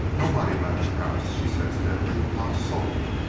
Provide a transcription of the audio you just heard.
nobody left the house, she said steadily. not a soul.